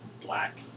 black